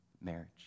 marriage